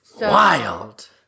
Wild